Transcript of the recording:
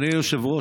אדוני היושב-ראש,